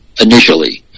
initially